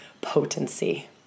potency